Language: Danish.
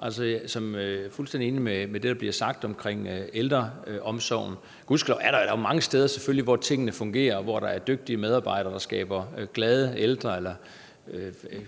Jeg er fuldstændig enig i det, der bliver sagt om ældreomsorgen. Gudskelov er der selvfølgelig mange steder, hvor tingene fungerer, og hvor der er dygtige medarbejdere, der gør de ældre glade,